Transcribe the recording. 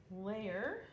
layer